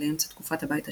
עד לאמצע תקופת הבית השני,